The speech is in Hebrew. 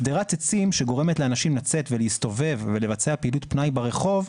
שדרת עצים שגורמת לאנשים לצאת ולהסתובב ולבצע פעילות פנאי ברחוב,